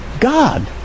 God